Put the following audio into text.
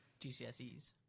GCSEs